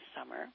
summer